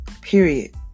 Period